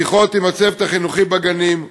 משיחות עם הצוות החינוכי בגנים,